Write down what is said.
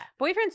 Boyfriends